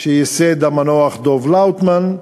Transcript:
שייסד המנוח דב לאוטמן,